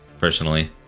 personally